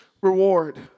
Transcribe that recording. reward